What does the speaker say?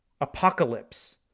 apocalypse